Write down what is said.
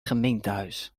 gemeentehuis